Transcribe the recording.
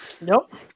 Nope